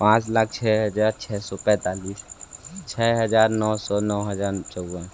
पाँच लाख छः हजार छः सौ पैंतालीस छः हजार नौ सौ नौ हजार चौवन